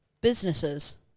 Businesses